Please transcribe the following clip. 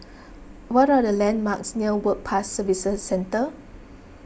what are the landmarks near Work Pass Services Centre